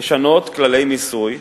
לשנות כללי מיסוי.